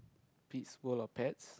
Pete's World of Pets